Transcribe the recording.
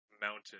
mountain